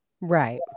Right